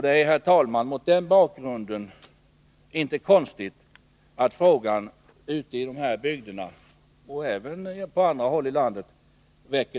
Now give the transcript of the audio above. Det är, herr talman, mot den bakgrunden inte konstigt att frågan väcker debatt ute i bygderna och även på andra håll i landet.